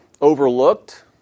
overlooked